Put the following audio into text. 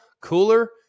cooler